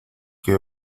que